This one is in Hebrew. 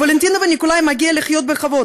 לוולנטינה ולניקולאי מגיע לחיות בכבוד,